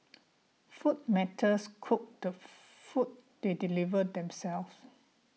food matters cook the food they deliver themselves